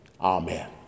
amen